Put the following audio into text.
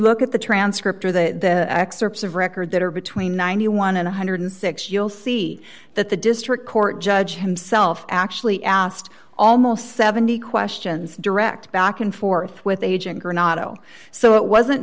look at the transcript or the excerpts of record that are between ninety one and one hundred and six you'll see that the district court judge himself actually asked almost seventy questions direct back and forth with age and are not zero so it wasn't